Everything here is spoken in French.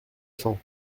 champ